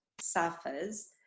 suffers